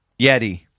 Yeti